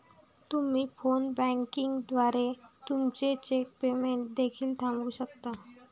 तुम्ही phone banking द्वारे तुमचे चेक पेमेंट देखील थांबवू शकता